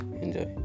Enjoy